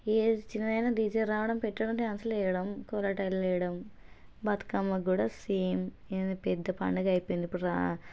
ఏ చిన్నదైనా డీజే రావడం పెట్టడం డ్యాన్సులు వేయడం కోలాటాలు వేయడం బతుకమ్మకు కూడా సేమ్ ఏంది పెద్ద పండగ అయ్యిపోయింది ఇప్పుడు